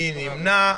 מי נמנע?